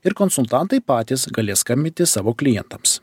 ir konsultantai patys galės skambinti savo klientams